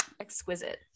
exquisite